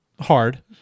Hard